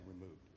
removed